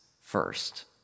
first